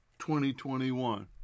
2021